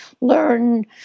learn